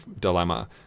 dilemma